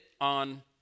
on